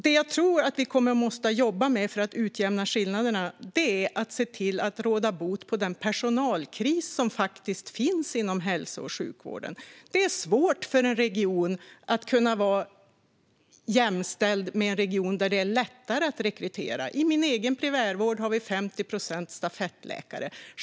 Det jag tror att vi måste jobba med för att utjämna skillnaderna är att råda bot på den personalkris som faktiskt finns inom hälso och sjukvården. Det är svårt för en region att vara jämställd med andra regioner där det är lättare att rekrytera. I min egen primärvård har vi 50 procent stafettläkare.